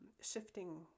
shifting